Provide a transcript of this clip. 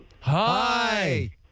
Hi